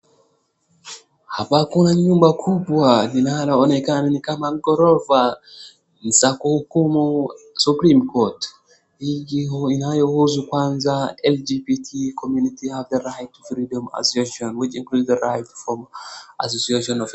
Hapa kuna nyumba kubwa linaloonekana ni kama ghorofa ni za kuhukumu supreme court hii kitu inayohusu kwanza LGBTQ community have the right of freedom and association .